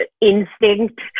instinct